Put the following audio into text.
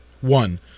one